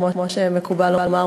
כמו שמקובל לומר,